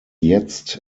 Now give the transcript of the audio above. jetzt